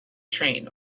train